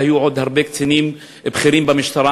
והיו עוד הרבה קצינים בכירים במשטרה.